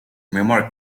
memory